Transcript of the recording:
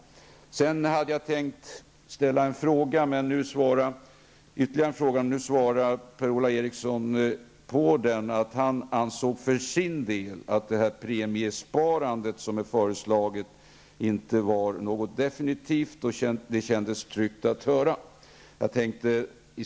Sedan hade jag tänkt att ställa ytterligare en fråga, men nu svarade Per-Ola Eriksson på den. Han ansåg för sin del av det premiesparande som är föreslaget inte är något definitivt. Det kändes tryggt att höra.